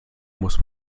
muss